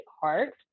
heart